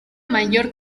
mayor